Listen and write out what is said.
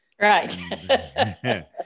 Right